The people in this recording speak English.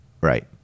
right